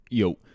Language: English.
Yo